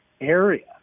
area